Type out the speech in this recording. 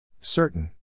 Certain